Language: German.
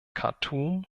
khartum